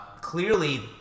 Clearly